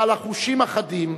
בעל החושים החדים,